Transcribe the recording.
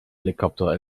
helikopter